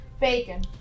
Bacon